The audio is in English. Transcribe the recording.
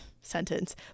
sentence